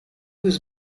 was